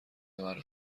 مرا